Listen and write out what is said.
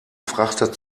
frachter